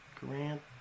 grant